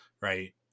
Right